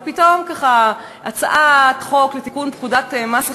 ופתאום, ככה, הצעת חוק לתיקון פקודת מס הכנסה.